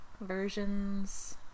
versions